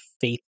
faith